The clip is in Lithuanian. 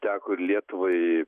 teko ir lietuvai